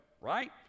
right